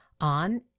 on